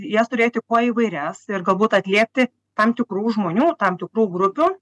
jas turėti kuo įvairias ir galbūt atliepti tam tikrų žmonių tam tikrų grupių